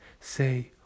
say